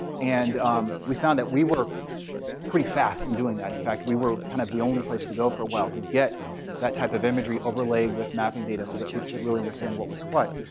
and um we found that we were pretty fast in doing that. in fact, we were kind of the only place to go for a while to get that type of imagery overlay with mapping data so that people could really understand what was what.